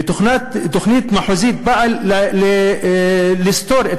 והתוכנית המחוזית באה לסתור את